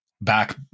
back